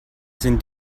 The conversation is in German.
sind